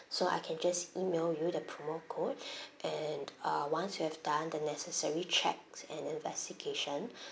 so I can just email you the promo code and uh once we have done the necessary checks and investigation